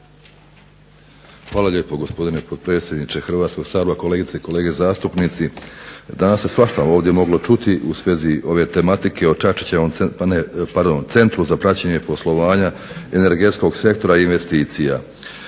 Hvala lijepo gospodine potpredsjedniče Hrvatskog sabora, kolegice i kolege zastupnici. Danas se svašta ovdje moglo čuti u svezi ove tematike o Čačićevom centru, pardon Centru za praćenje poslovanja energetskog sektora i investicija.